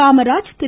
காமராஜ்திரு